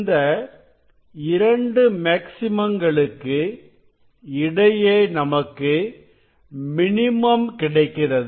இந்த 2 மேக்ஸிமங்களுக்கு இடையே நமக்கு மினிமம் கிடைக்கிறது